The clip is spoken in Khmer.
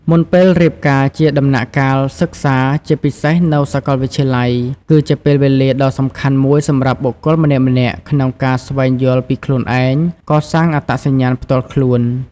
មុនពេលរៀបការជាដំណាក់កាលសិក្សា ជាពិសេសនៅសកលវិទ្យាល័យ គឺជាពេលវេលាដ៏សំខាន់មួយសម្រាប់បុគ្គលម្នាក់ៗក្នុងការស្វែងយល់ពីខ្លួនឯង កសាងអត្តសញ្ញាណផ្ទាល់ខ្លួន។